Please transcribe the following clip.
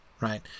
right